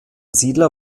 siedler